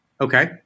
Okay